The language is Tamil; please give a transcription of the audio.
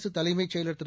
அரசு தலைமைச் செயல் திரு